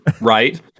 Right